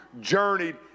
journeyed